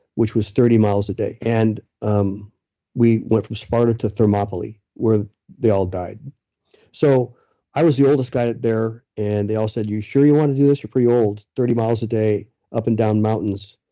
which was thirty miles a day. and um we went from sparta to thermopylae where they all died so i was the oldest guy there and they all said, you sure you want to do this? you're pretty old, thirty miles a day up and down mountains.